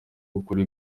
ukuri